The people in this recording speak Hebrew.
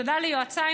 תודה ליועציי,